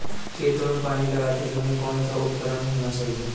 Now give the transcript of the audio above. खेतों में पानी लगाते समय कौन सा उपकरण होना चाहिए?